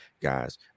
guys